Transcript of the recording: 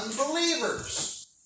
unbelievers